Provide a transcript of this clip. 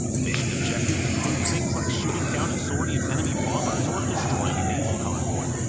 mission objectives include things like shooting down a sortie of enemy bombers or destroying a naval convoy.